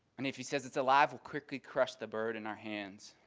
and if he says it's alive we'll quickly crush the bird in our hands.